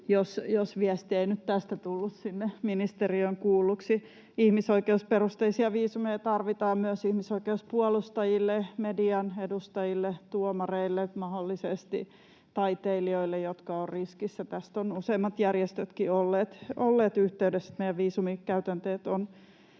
jos viesti ei nyt tästä tullut sinne ministeriöön kuulluksi. Ihmisoikeusperusteisia viisumeja tarvitaan myös ihmisoikeuspuolustajille, median edustajille, mahdollisesti tuomareille, taiteilijoille, jotka ovat riskissä. Tästä ovat useammat järjestötkin olleet yhteydessä, että meidän viisumikäytänteet ovat